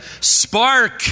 spark